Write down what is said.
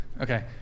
okay